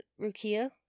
Rukia